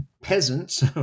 peasants